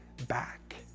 back